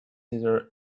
either